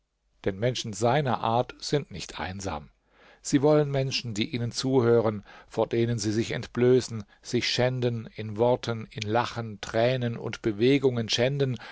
denn menschen seiner art sind nicht einsam sie wollen menschen die ihnen zuhören vor denen sie sich entblößen sich schänden in worten in lachen tränen und bewegungen schänden